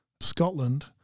Scotland